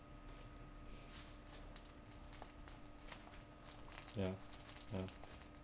ya ya